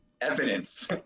Evidence